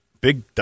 big